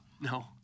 No